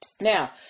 Now